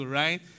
right